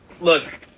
look